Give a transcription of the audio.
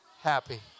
happy